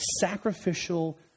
sacrificial